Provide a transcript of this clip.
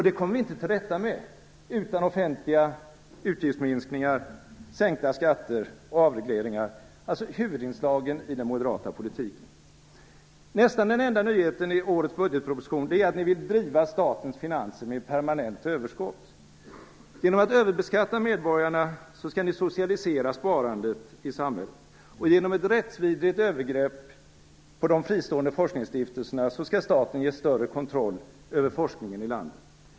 Det kommer vi inte till rätta med utan offentliga utgiftsminskningar, sänkta skatter och avregleringar, alltså huvudinslagen i den moderata politiken. Nästan den enda nyheten i årets budgetproposition är att ni vill driva statens finanser med permanenta överskott. Genom att överbeskatta medborgarna skall ni socialisera sparandet i samhället. Genom ett rättsvidrigt övergrepp på de fristående forskningsstiftelserna skall staten ges större kontroll över forskningen i landet.